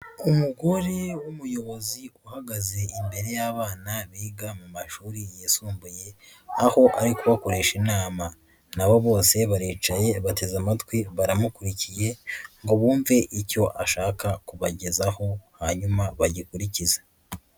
Umugore w'umuyobozi uhagaze imbere y'abana biga mu mashuri yisumbuye, aho ari kubakoresha inama na bo bose baricaye, bateze amatwi baramukurikiye ngo bumve icyo ashaka kubagezaho hanyuma bagikurikize.